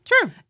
true